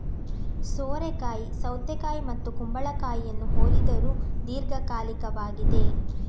ಸೋರೆಕಾಯಿ ಸೌತೆಕಾಯಿ ಮತ್ತು ಕುಂಬಳಕಾಯಿಯನ್ನು ಹೋಲಿದರೂ ದೀರ್ಘಕಾಲಿಕವಾಗಿದೆ